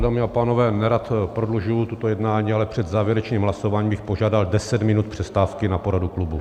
Dámy a pánové, nerad prodlužuji toto jednání, ale před závěrečným hlasováním bych požádat o deset minut přestávky na poradu klubu.